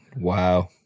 Wow